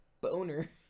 boner